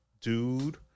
dude